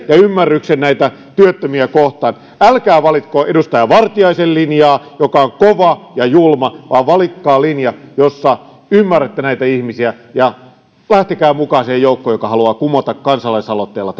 ja ymmärryksen näitä työttömiä kohtaan älkää valitko edustaja vartiaisen linjaa joka on kova ja julma vaan valitkaa linja jossa ymmärrätte näitä ihmisiä ja lähtekää mukaan siihen joukkoon joka haluaa kumota kansalaisaloitteella